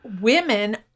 Women